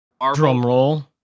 Drumroll